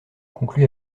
conclu